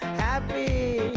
happy